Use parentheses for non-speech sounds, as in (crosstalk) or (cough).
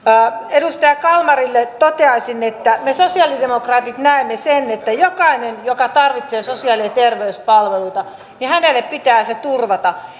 edustaja kalmarille toteaisin että me sosialidemokraatit näemme sen että jokaiselle joka tarvitsee sosiaali ja ja terveyspalveluita pitää ne turvata (unintelligible)